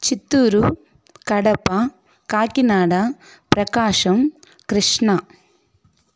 Chittoor Kadapa Kakinada Prakasam Krishna